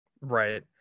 Right